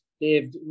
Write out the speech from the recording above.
Dave